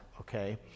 Okay